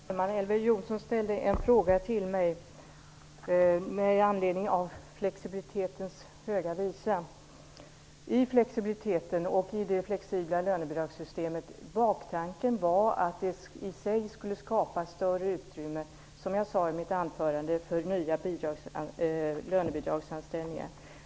Herr talman! Elver Jonsson ställde en fråga till mig med anledning av flexibilitetens höga visa. Tanken med flexibiliteten och det flexibla lönebidragssystemet var att det, som jag sade i mitt anförande, i sig skulle skapa större utrymme för nya lönebidragsanställningar.